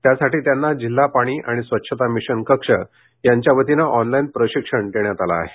त्यासाठी त्यांना जिल्हा पाणी आणि स्वच्छता मिशन कक्ष यांच्या वतीने ऑनलाइन प्रशिक्षण देण्यात आले आहे